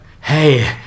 Hey